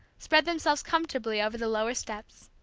spread themselves comfortably over the lower steps.